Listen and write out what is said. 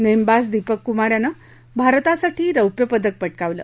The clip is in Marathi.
नेमबाज दीपक कुमार यानं भारतासाठी रौप्य पदक पटकावलं